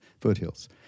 foothills